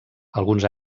alguns